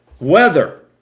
Weather